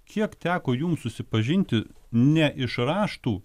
kiek teko jums susipažinti ne iš raštų